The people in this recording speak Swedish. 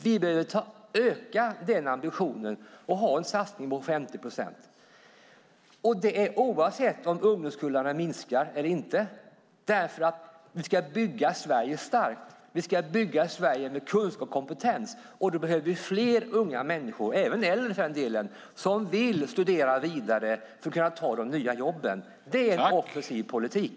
Vi behöver öka den ambitionen och ha en satsning på 50 procent, oavsett om ungdomskullarna minskar eller inte, därför att vi ska bygga Sverige starkt. Vi ska bygga Sverige med kunskap och kompetens. Då behöver vi fler unga människor, även äldre för den delen, som vill studera vidare för att kunna ta de nya jobben. Det är offensiv politik.